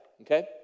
okay